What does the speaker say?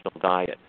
diet